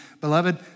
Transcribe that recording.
Beloved